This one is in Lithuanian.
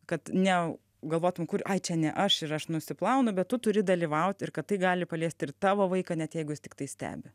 kad ne galvotum kur ai čia ne aš ir aš nusiplaunu bet tu turi dalyvaut ir kad tai gali paliest ir tavo vaiką net jeigu jis tiktai stebi